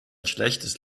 schlechtes